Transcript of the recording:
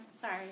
sorry